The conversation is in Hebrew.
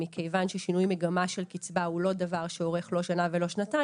מכיוון ששינוי מגמה של קצבה הוא לא דבר שאורך לא שנה ולא שנתיים,